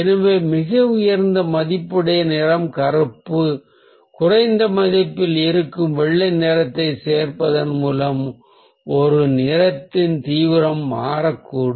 எனவே மிக உயர்ந்த மதிப்புடைய வெள்ளை அல்லது குறைந்த மதிப்பில் இருக்கும் கருப்பு நிறத்தை சேர்ப்பதன் மூலம் ஒரு நிறத்தின் தீவிரம் மாறக்கூடும்